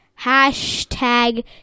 Hashtag